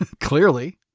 Clearly